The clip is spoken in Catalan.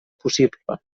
possible